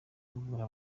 kuvura